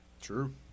True